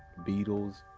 beetles.